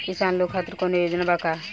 किसान लोग खातिर कौनों योजना बा का?